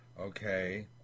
Okay